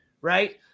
right